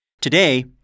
Today